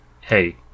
hey